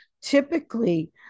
Typically